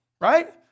right